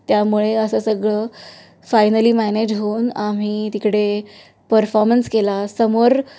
त्यामुळे असं सगळं फायनली मॅनेज होऊन आम्ही तिकडे परफॉर्मन्स केला समोर